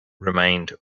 remained